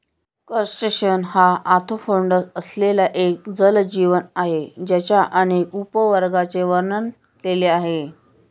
crustacean हा arthropods असलेला एक जलजीव आहे ज्याच्या अनेक उपवर्गांचे वर्णन केले आहे